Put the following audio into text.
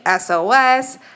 SOS